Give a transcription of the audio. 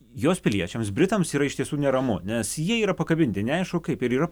jos piliečiams britams yra iš tiesų neramu nes jie yra pakabinti neaišku kaip ir yra